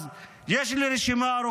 אז יש לי רשימה ארוכה מאוד.